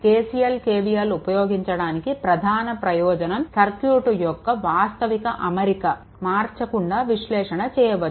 KCL KVL ఉపయోగించడానికి ప్రధాన ప్రయోజనం సర్క్యూట్ యొక్క వాస్తవ అమరిక మార్చకుండా విశ్లేషణ చేయవచ్చు